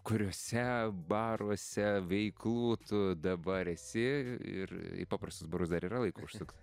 kuriuose baruose veiklų tu dabar esi ir į paprastus barus dar yra laiko užsukt